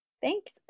Thanks